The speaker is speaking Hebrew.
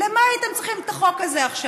למה הייתם צריכים את החוק הזה עכשיו?